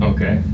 Okay